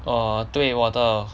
我对我的